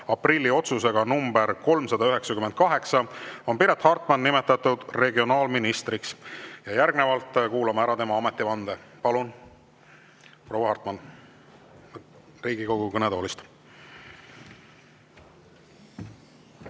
aprilli otsusega nr 398 on Piret Hartman nimetatud regionaalministriks. Ja järgnevalt kuulame ära tema ametivande. Palun, proua Hartman, Riigikogu kõnetoolist!